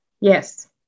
Yes